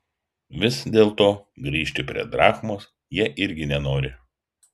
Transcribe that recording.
vis dėlto grįžti prie drachmos jie irgi nenori